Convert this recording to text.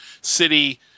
City